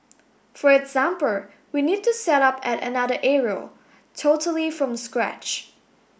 for example we need to set up at another area totally from scratch